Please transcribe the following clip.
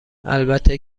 البته